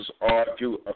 argue